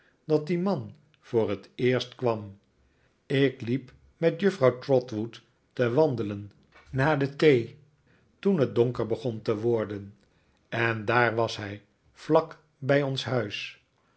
dat die man voor het eerst kwam ik liep met juffrouw trotwood te wandelen na de thee toen het donker begon te worden en daar was hij vlak bij ons huis